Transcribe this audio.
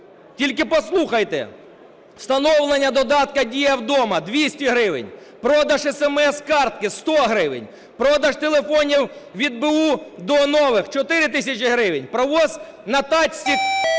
Тільки послухайте: встановлення додатку "Дій вдома" – 200 гривень, продаж сім-картки – 100 гривень, продаж телефонів від б/у до нових – 4 тисячі гривень, проїзд на тачці-рікша